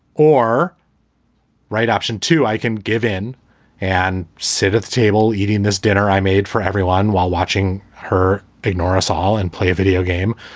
or write option two. i can give in and sit at the table eating this dinner i made for everyone while watching her ignore us all and play a video game.